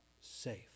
safe